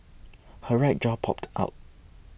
her right jaw popped out